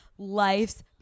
life's